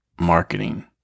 marketing